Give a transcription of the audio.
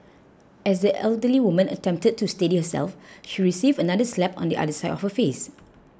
as the elderly woman attempted to steady herself she received another slap on the other side of her face